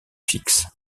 fixes